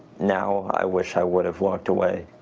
now i wish i would have walked away.